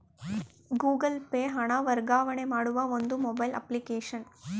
Google Pay ಹಣ ವರ್ಗಾವಣೆ ಮಾಡುವ ಒಂದು ಮೊಬೈಲ್ ಅಪ್ಲಿಕೇಶನ್